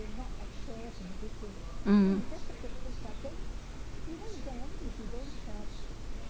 mm